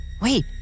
Wait